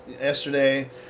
yesterday